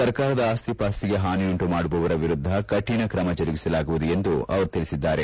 ಸರ್ಕಾರದ ಆಸ್ತಿ ವಾಸ್ತಿಗೆ ಪಾನಿಯುಂಟು ಮಾಡುವವರ ವಿರುದ್ಧ ಕಾಣ ತ್ರಮ ಜರುಗಿಸಲಾಗುವುದು ಎಂದು ಅವರು ತಿಳಿಸಿದ್ದಾರೆ